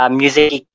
music